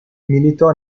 militò